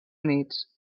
units